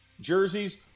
jerseys